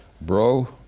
Bro